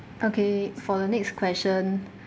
okay for the next question